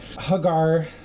Hagar